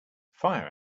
fire